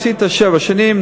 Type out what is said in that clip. עשית שבע שנים,